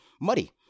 muddy